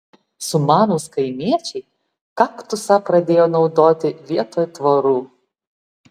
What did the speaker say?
sumanūs kaimiečiai kaktusą pradėjo naudoti vietoj tvorų